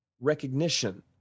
recognition